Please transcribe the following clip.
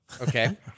Okay